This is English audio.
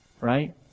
Right